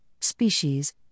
species